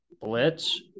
Blitz